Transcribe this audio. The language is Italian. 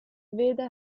veda